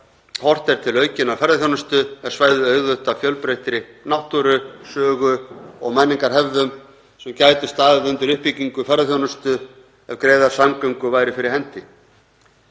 horft er til aukinnar ferðaþjónustu er svæðið auðugt af fjölbreyttri náttúru, sögu og menningarhefðum sem gætu staðið undir uppbyggingu ferðaþjónustu ef greiðar samgöngur væru fyrir hendi.